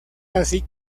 así